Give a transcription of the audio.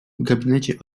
gabinecie